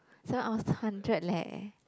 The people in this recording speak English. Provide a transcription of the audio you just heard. seven hours hundred leh